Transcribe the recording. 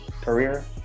career